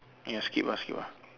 ya skip ah skip ah